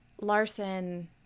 Larson